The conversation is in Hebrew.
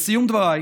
בסיום דבריי